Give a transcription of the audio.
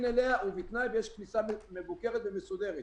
אליה ובתנאי שיש כניסה מבוקרת ומסודרת.